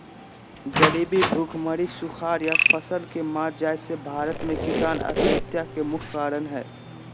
गरीबी, भुखमरी, सुखाड़ या फसल के मर जाय से भारत में किसान आत्महत्या के मुख्य कारण हय